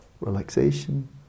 relaxation